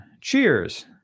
cheers